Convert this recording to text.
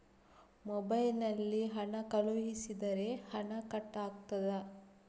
Mobile ನಲ್ಲಿ ಹಣ ಕಳುಹಿಸಿದರೆ ಹಣ ಕಟ್ ಆಗುತ್ತದಾ?